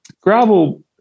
gravel